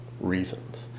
reasons